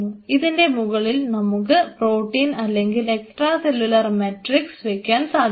അതിന്റെ മുകളിൽ നമുക്ക് പ്രോട്ടീൻ അല്ലെങ്കിൽ എക്സ്ട്രാ സെല്ലുലാർ മെട്രിക്സ് വെക്കാൻ സാധിക്കും